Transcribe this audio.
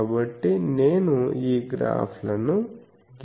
కాబట్టి నేను ఈ గ్రాఫ్లను గీసాను